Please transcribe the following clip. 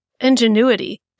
ingenuity